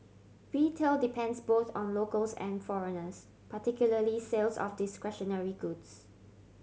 retail depends both on locals and foreigners particularly sales of discretionary goods